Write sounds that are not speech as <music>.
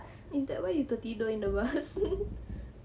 is that why you tertidur in the bus <laughs>